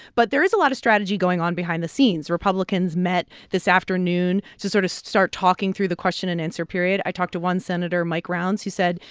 but there is a lot of strategy going on behind the scenes. republicans met this afternoon to sort of start talking through the question and answer period. i talked to one senator, mike rounds, who said,